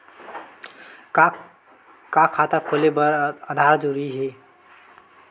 का खाता खोले बर आधार जरूरी हे?